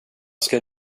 ska